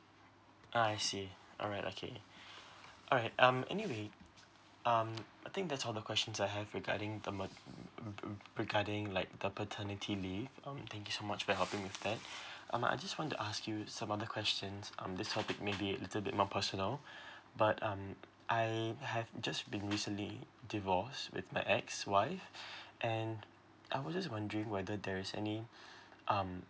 ah I see alright okay alright um anyway um I think that's all the questions I have regarding the mat~ um re~ regarding like the paternity leave um thank you so much for helping with that um I just want to ask you some other questions um this topic may be a little bit more personal but um I have just been recently divorce with my ex wife and I was wondering whether there is any um